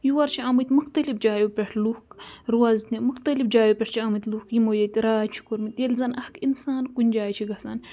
یور چھِ آمٕتۍ مُختلِف جایو پٮ۪ٹھ لُکھ روزنہِ مُختلف جایو پٮ۪ٹھ چھِ آمٕتۍ لُکھ یِمو ییٚتہِ راج چھِ کوٚرمُت ییٚلہِ زَن اَکھ اِنسان کُنہِ جایہِ چھِ گژھان